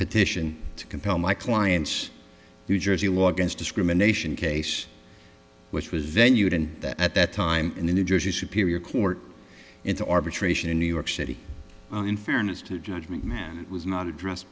petition to compel my client's new jersey was against discrimination case which was venue and that at that time in the new jersey superior court in the arbitration in new york city in fairness to judgment man it was not address